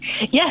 Yes